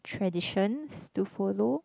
traditions to follow